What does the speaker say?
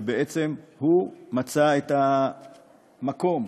שבעצם מצא את המקום,